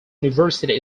university